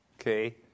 Okay